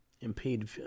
impede